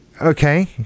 Okay